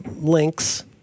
links